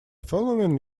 following